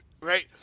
Right